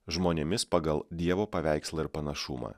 žmonėmis pagal dievo paveikslą ir panašumą